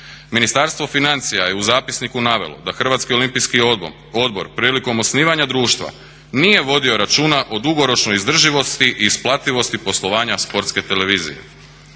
Ministarstvo financija je u zapisniku navelo da Hrvatski olimpijski odbor prilikom osnivanja društva nije vodio računa o dugoročnoj izdrživosti i isplativosti poslovanja Sportske televizije.